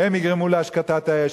יגרמו להשקטת האש.